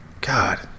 God